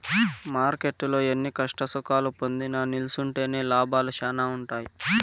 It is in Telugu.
మార్కెట్టులో ఎన్ని కష్టసుఖాలు పొందినా నిల్సుంటేనే లాభాలు శానా ఉంటాయి